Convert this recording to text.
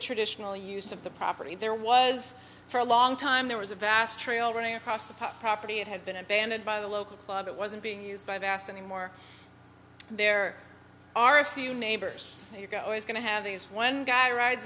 traditional use of the property there was for a long time there was a vast trail running across the property it had been abandoned by the local plod it wasn't being used by bass anymore there are a few neighbors you go always going to have these one guy rides